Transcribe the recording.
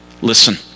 listen